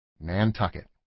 Nantucket